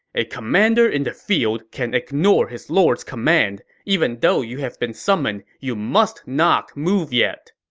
a commander in the field can ignore his lord's command. even though you have been summoned, you must not move yet.